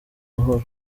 mahoro